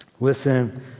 Listen